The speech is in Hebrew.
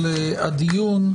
הדיון,